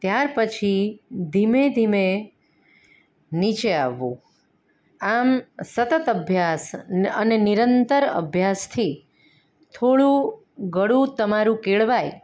ત્યાર પછી ધીમે ધીમે નીચે આવવું આમ સતત અભ્યાસ ન અને નિરંતર અભ્યાસથી થોડું ગળું તમારું કેળવાય